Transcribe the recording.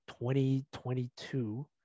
2022